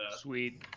sweet